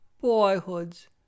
boyhood's